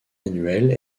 annuelle